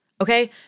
Okay